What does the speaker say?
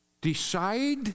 decide